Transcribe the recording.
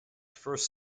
first